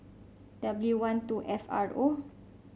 W one two F R O